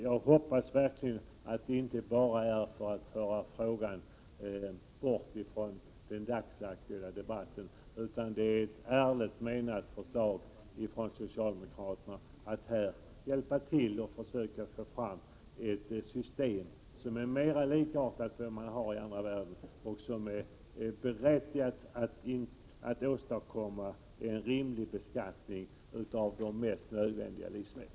Jag hoppas verkligen att detta inte bara är ett försök att föra bort frågan från den dagsaktuella debatten, utan att det är ett ärligt menat försök från socialdemokraterna att hjälpa till att få fram ett system som är mer likartat det man har i andra delar av världen och som syftar till att åstadkomma en rimlig beskattning av de mest nödvändiga livsmedlen.